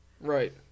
Right